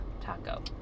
taco